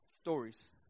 stories